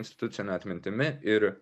institucine atmintimi ir